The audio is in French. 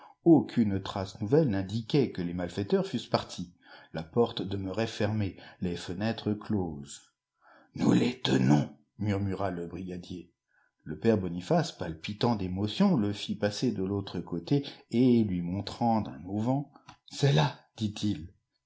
aucune trace nouveffe n'indiquait que les malfaiteurs fussent partis la porte demeurait fermée les fenêtres closes nous les tenons murmura le brigadier le père boniface palpitant d'émotion le fit passer de l'autre côté et lui montrant un auvent c'est là dit-il